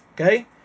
okay